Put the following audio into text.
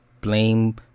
blame